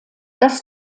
das